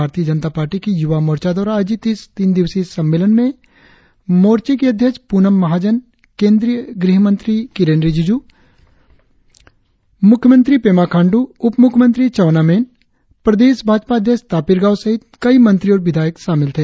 भारतीय जनता पार्टी की युवा मोर्चा द्वारा आयोजित इस तीन दिवसीय सम्मेलन में आज मोर्चे की अध्यक्ष पुनम महाजन केंद्रीय गृह राज्य मंत्री किरेन रिजिजू मुख्यमंत्री पेमा खांडू उप मुख्यमंत्री चाऊना मेन प्रदेश भाजपा अध्यक्ष तापिर गाव सहित कई मंत्री और विधायक शामिल थे